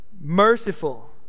merciful